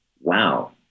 wow